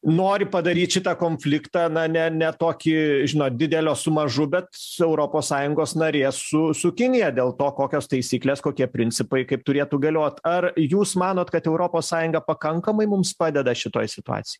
nori padaryt šitą konfliktą na ne ne tokį žinot didelio su mažu bet europos sąjungos narė su su kinija dėl to kokios taisyklės kokie principai kaip turėtų galiot ar jūs manot kad europos sąjunga pakankamai mums padeda šitoj situacijoj